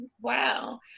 Wow